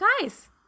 Guys